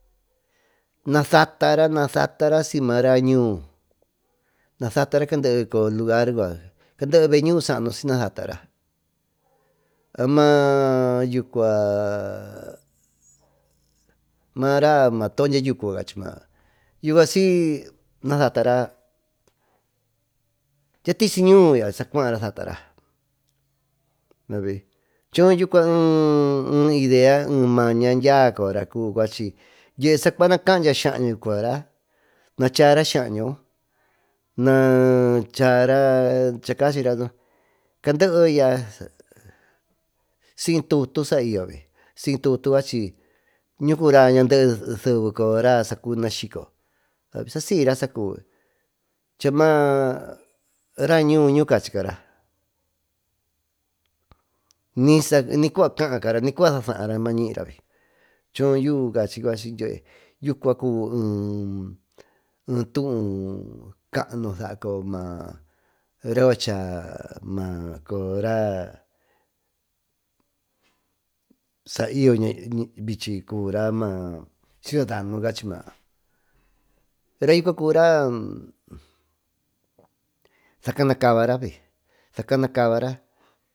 Nasatara siy maraa ñuu saanu siyña saatara maa yucua maa raá toó dyia yucu caa ti maayo siy nasatara dyia tisi ñuu sacuara nasatara choo yucua ee idea es maña dyiaa coyora cubi cuachi saa cuu nacaa dyia skaañu coyora na cachara skaañu chaa cachira candee i ya siy tutu saa iyovi seve candera nas kico sa sira sa cubi chamaá raa ñuu ñuca cachicara ni cuba caacara nicua sasara maa ñicara ravi yuu cachi dyiee yucubi ee tuú caanu saa coyo mara cuacha maa saiyo vichi cura maa ciudadano cachi maayo raa yucua curaa saa canacabara siyyo.